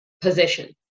position